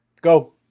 go